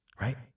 right